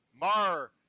Mar